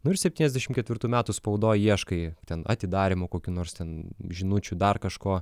nu ir septyniasdešim ketvirtų metų spaudoj ieškai ten atidarymo kokių nors ten žinučių dar kažko